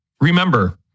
Remember